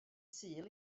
sul